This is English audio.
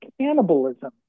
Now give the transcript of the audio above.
cannibalism